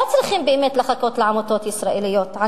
לא צריכים באמת לחכות לעמותות ישראליות על